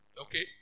Okay